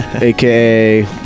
aka